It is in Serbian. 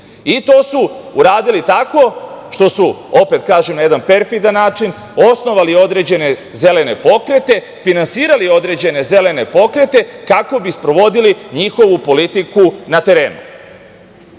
To su uradili tako što su, opet kažem, na jedan perfidan način osnovali određene zelene pokrete, finansirali određene zelene pokrete kako bi sprovodili njihovu politiku na